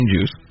juice